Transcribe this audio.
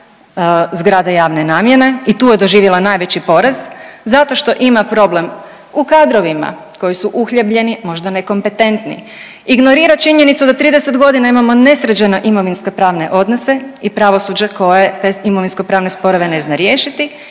zgrade javne namjene i tu je doživjela najveći poraz? Zato što ima problem u kadrovima koji su uhljebljeni možda nekompetentni. Ignorira činjenicu da 30 godina imamo nesređene imovinskopravne odnose i pravosuđe koje te imovinskopravne sporove ne zna riješiti